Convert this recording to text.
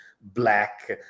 black